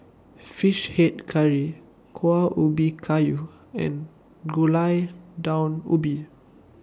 Fish Head Curry Kueh Ubi Kayu and Gulai Daun Ubi